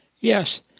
Yes